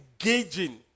engaging